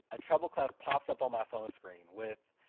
a treble clef pops up on my phone screen with,